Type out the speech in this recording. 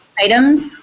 items